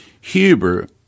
Huber